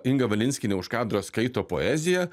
inga valinskienė už kadro skaito poeziją